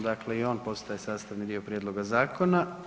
Dakle i on postaje sastavni dio prijedloga zakona.